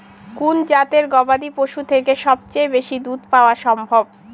কোন জাতের গবাদী পশু থেকে সবচেয়ে বেশি দুধ পাওয়া সম্ভব?